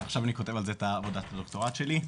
עכשיו אני כותב על זה את עבודת הדוקטורט שלי.